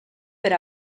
per